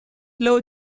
low